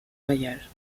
voyage